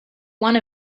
one